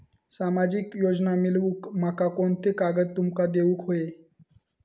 सामाजिक योजना मिलवूक माका कोनते कागद तुमका देऊक व्हये?